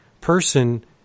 person